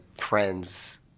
friends